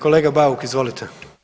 Kolega Bauk, izvolite.